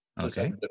Okay